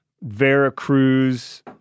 Veracruz